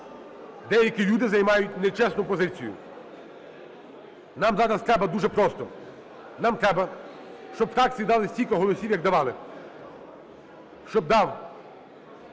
Деякі люди займають нечесну позицію. Нам зараз треба дуже просто. Нам треба, щоб фракції дали стільки голосів, як давали. Щоб дав